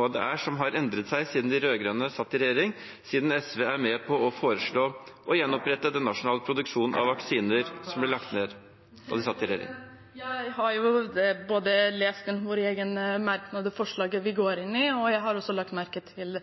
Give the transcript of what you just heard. hva som har endret seg siden de rød-grønne satt i regjering, siden SV er med på å foreslå å gjenopprette den nasjonale produksjonen av vaksiner, som ble lagt ned da de satt i regjering. Jeg har lest både vår egen merknad og forslaget vi er med på å fremme. Jeg har også lagt merke til